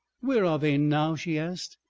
where are they now? she asked.